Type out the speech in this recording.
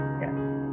Yes